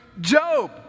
Job